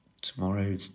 tomorrow